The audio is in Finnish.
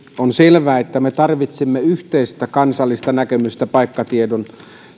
on selvää että me tarvitsemme yhteistä kansallista näkemystä paikkatiedon